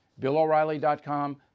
BillOReilly.com